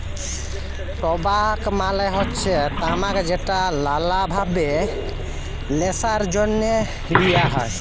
টবাক মালে হচ্যে তামাক যেট লালা ভাবে ল্যাশার জ্যনহে লিয়া হ্যয়